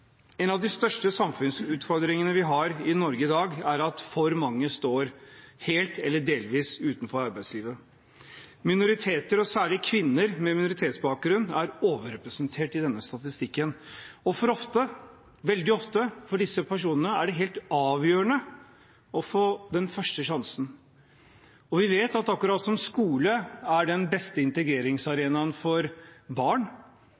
En av de største samfunnsutfordringene vi har i Norge i dag, er at for mange står helt eller delvis utenfor arbeidslivet. Minoriteter, og særlig kvinner med minoritetsbakgrunn, er overrepresentert i denne statistikken. Ofte – veldig ofte – er det for disse personene helt avgjørende å få den første sjansen. Vi vet at akkurat som skole er den beste integreringsarenaen for barn,